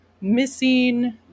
missing